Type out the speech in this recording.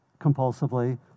compulsively